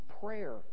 prayer